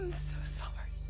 so sorry.